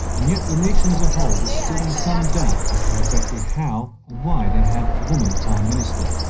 and yet the nation as a whole was still in some doubt as to exactly how and why they had a woman prime minister.